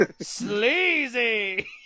sleazy